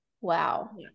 Wow